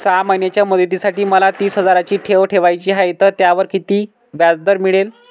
सहा महिन्यांच्या मुदतीसाठी मला तीस हजाराची ठेव ठेवायची आहे, तर त्यावर किती व्याजदर मिळेल?